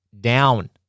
down